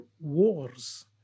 wars